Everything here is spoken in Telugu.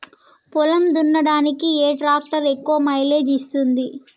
పొలం దున్నడానికి ఏ ట్రాక్టర్ ఎక్కువ మైలేజ్ ఇస్తుంది?